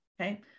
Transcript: okay